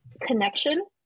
connection